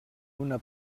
una